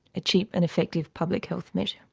a cheap and effective public health measure.